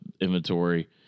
inventory